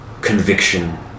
conviction